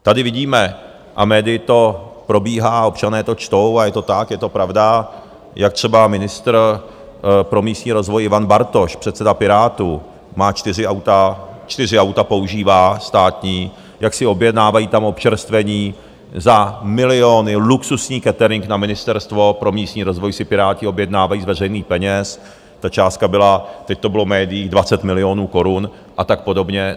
Tady vidíme a médii to probíhá a občané to čtou, je to tak, je to pravda, jak třeba ministr pro místní rozvoj Ivan Bartoš, předseda Pirátů, má čtyři auta, čtyři auta používá, státní, jak si objednávají tam občerstvení za miliony, luxusní catering na Ministerstvo pro místní rozvoj si Piráti objednávají z veřejných peněz, ta částka byla teď to bylo v médiích 20 milionů korun a tak podobně.